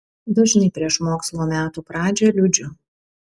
dažnai prieš mokslo metų pradžią liūdžiu